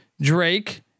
Drake